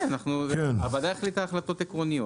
כן הוועדה החלטה החלטות עקרוניות.